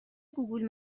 گوگول